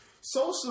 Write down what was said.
Social